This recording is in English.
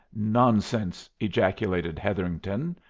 nonsense! ejaculated hetherington,